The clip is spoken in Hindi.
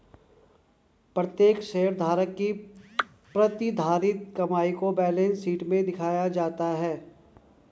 प्रत्येक शेयरधारक की प्रतिधारित कमाई को बैलेंस शीट में दिखाया जाता है